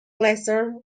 lesser